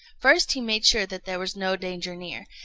first he made sure that there was no danger near,